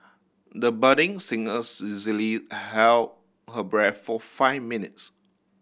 the budding singer easily held her breath for five minutes